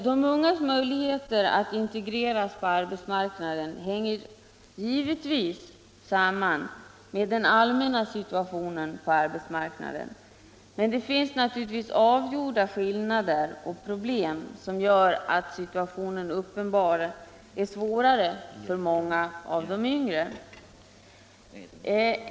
De ungas möjligheter att integreras på arbetsmarknaden hänger givetvis samman med den allmänna situationen där. Men det finns naturligtvis avgjorda skillnader och problem, som gör att läget uppenbarligen är svårare för många av de yngre.